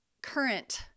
current